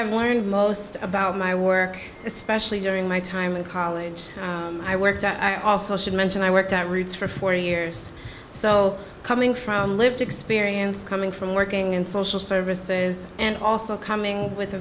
i've learned most about my work especially during my time in college i worked out i also should mention i worked at roots for four years so coming from lived experience coming from working in social services and also coming with a